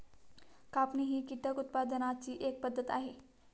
कापणी ही कीटक उत्पादनाची एक पद्धत आहे